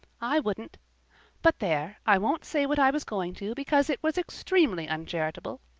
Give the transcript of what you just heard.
i wouldn't but there! i won't say what i was going to because it was extremely uncharitable.